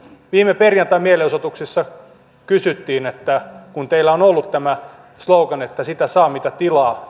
viime perjantain mielenosoituksessa kysyttiin kun teillä on ollut tämä slogan sitä saa mitä tilaa